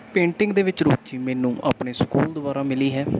painting ਦੇ ਵਿੱਚ ਰੁਚੀ ਮੈਨੂੰ ਆਪਣੇ ਸਕੂਲ ਦੁਆਰਾ ਮਿਲੀ ਹੈ